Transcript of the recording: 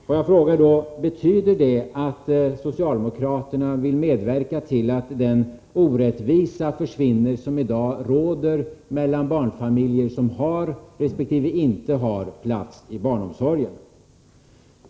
Får jag fråga: Betyder det att socialdemokraterna vill medverka till att den orättvisa försvinner som i dag råder mellan barnfamiljer som har resp. inte har plats i barnomsorgen?